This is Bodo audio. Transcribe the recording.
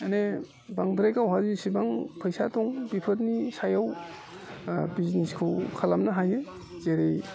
माने बांद्राय गावहा जेसेबां फैसा दं बेफोरनि सायाव बिजनेसखौ खालामनो हायो जेरै